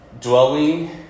dwelling